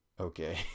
Okay